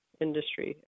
industry